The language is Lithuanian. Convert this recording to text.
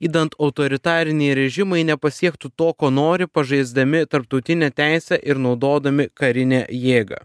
idant autoritariniai režimai nepasiektų to ko nori pažaisdami tarptautinę teisę ir naudodami karinę jėgą